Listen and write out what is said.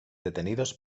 detenidos